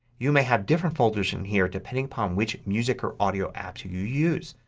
you may have different folders in here depending upon which music or audio apps you you use.